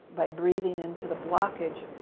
by breathing into the blockage,